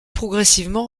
progressivement